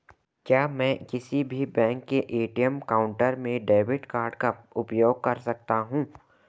क्या मैं किसी भी बैंक के ए.टी.एम काउंटर में डेबिट कार्ड का उपयोग कर सकता हूं?